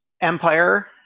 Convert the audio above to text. Empire